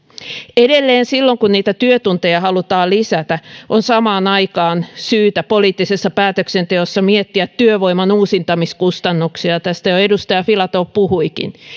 edelleen silloin kun niitä työtunteja halutaan lisätä on samaan aikaan syytä poliittisessa päätöksenteossa miettiä työvoiman uusintamiskustannuksia tästä jo edustaja filatov puhuikin